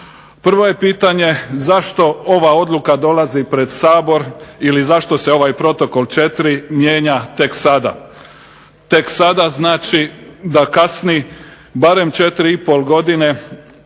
Prvo je pitanje zašto ova odluka dolazi pred Sabor ili zašto se ovaj Protokol 4. mijenja tek sada? Tek sada znači da kasni barem 4,5 godine